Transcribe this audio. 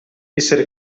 essere